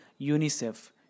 UNICEF